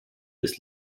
ist